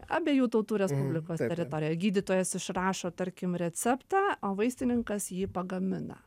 abiejų tautų respublikos teritorijoj gydytojas išrašo tarkim receptą o vaistininkas jį pagamina